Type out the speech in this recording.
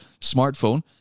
smartphone